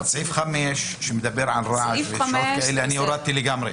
אבל את סעיף 5 אני הורדתי לגמרי.